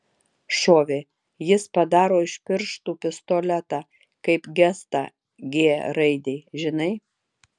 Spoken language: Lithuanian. šovė jis padaro iš pirštų pistoletą kaip gestą g raidei žinai